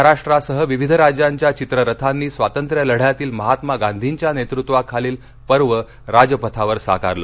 महाराष्ट्रासह विविध राज्यांच्या चित्ररथांनी स्वातंत्र्य लढ्यातील महात्मा गांधींच्या नेतृत्वाखालील पर्व राजपथावर साकारल